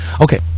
Okay